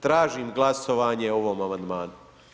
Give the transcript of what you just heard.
Tražim glasovanje o ovom amandmanu.